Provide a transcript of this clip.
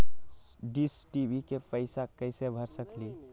Dish TV के पैईसा कईसे भर सकली?